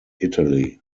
italy